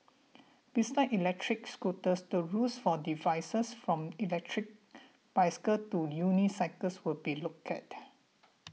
besides electric scooters the rules for devices from electric bicycles to unicycles will be looked at